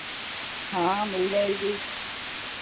हाँ मिल जाएगी